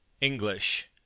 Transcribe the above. English